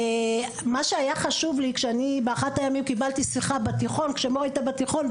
מה שהיה חשוב לי באחד הימים קיבלתי שיחה כשמור הייתה בתיכון,